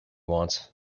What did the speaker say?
wants